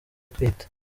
atwite